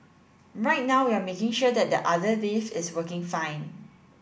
right now we are making sure that the other lift is working fine